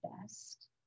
best